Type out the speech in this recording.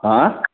হা